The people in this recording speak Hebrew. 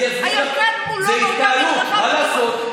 הירקן מולו, באותה מדרכה, פתוח.